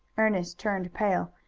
ernest turned pale.